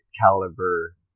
caliber